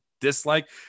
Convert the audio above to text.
dislike